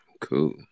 cool